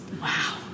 Wow